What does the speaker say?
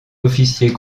officiers